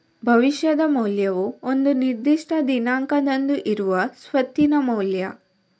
ಭವಿಷ್ಯದ ಮೌಲ್ಯವು ಒಂದು ನಿರ್ದಿಷ್ಟ ದಿನಾಂಕದಂದು ಇರುವ ಸ್ವತ್ತಿನ ಮೌಲ್ಯ